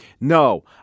No